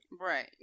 Right